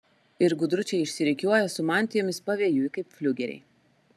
ir gudručiai išsirikiuoja su mantijomis pavėjui kaip fliugeriai